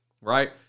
right